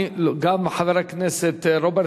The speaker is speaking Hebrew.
גם חבר הכנסת רוברט,